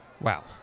Wow